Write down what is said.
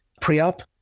pre-op